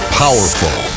powerful